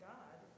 God